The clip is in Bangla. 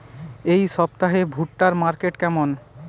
এই সপ্তাহে ভুট্টার মার্কেট কেমন?